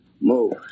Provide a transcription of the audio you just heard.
move